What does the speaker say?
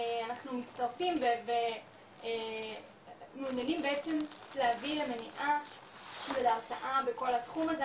אנחנו מצטרפים ומעוניינים בעצם להביא למליאה את ההרתעה בכל התחום הזה,